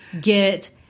Get